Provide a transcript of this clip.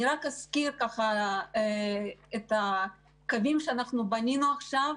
אני רק אזכיר את הקווים שבנינו עכשיו,